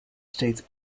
states